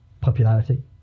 popularity